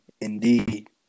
indeed